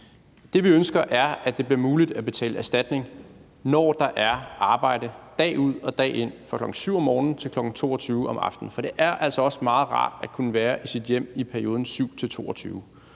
Det, vi ønsker, er, at det bliver muligt at betale erstatning, når der er arbejdet dag ud og dag ind fra kl. 7.00 om morgenen til kl. 22.00 om aftenen, for det er faktisk også meget rart at kunne være i sit hjem i tidsrummet